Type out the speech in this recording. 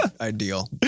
ideal